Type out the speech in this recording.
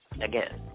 Again